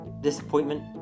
disappointment